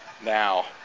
now